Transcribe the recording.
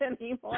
anymore